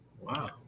Wow